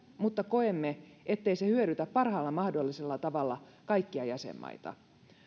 mutta koemme ettei se hyödytä parhaalla mahdollisella tavalla kaikkia jäsenmaita